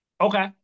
Okay